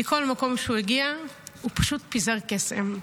כי לכל מקום שהוא הגיע הוא פשוט פיזר קסם.